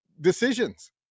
decisions